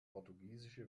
portugiesische